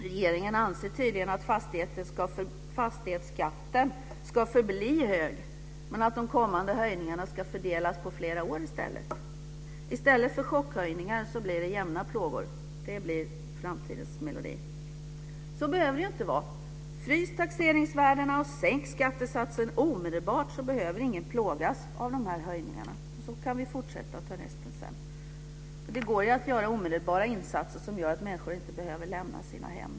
Regeringen anser tydligen att fastighetsskatten ska förbli hög men att de kommande höjningarna ska fördelas på flera år i stället. I stället för chockhöjningar blir det jämna plågor. Det blir framtidens melodi. Så behöver det inte vara. Frys taxeringsvärdena och sänk skattesatsen omedelbart, så behöver ingen plågas av dessa höjningar. Sedan kan vi fortsätta och ta resten sedan. Det går ju att göra omedelbara insatser som gör att människor inte behöver lämna sina hem.